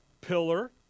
pillar